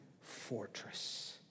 fortress